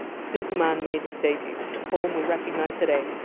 superman made his debut in the form we recognise today,